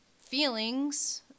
feelings